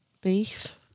beef